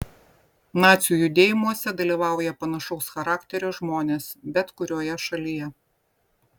nacių judėjimuose dalyvauja panašaus charakterio žmonės bet kurioje šalyje